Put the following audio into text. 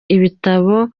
ibitabo